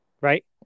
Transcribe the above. right